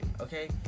okay